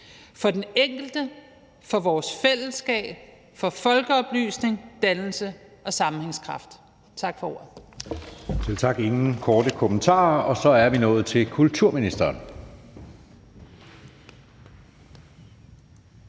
for den enkelte, for vores fællesskab, for folkeoplysning, dannelse og sammenhængskraft. Tak for ordet.